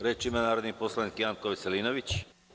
Reč ima narodni poslanik Janko Veselinović.